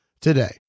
today